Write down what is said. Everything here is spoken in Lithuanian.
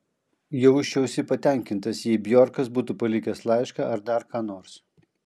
jausčiausi patenkintas jei bjorkas būtų palikęs laišką ar dar ką nors